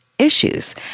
issues